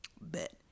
Bet